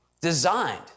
designed